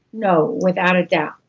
no, without a doubt,